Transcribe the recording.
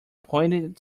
pointed